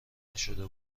نشده